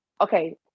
Okay